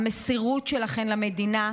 המסירות שלכן למדינה,